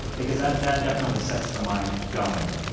because that that definitely sets the mind going.